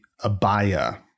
abaya